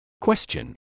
Question